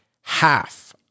half